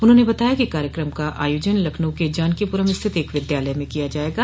उन्होंने बताया कि कार्यकम का आयोजन लखनऊ के जानकीपूरम स्थित एक विद्यालय में किया जायेगा